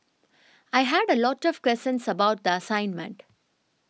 I had a lot of questions about the assignment